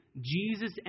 Jesus